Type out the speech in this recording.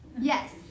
Yes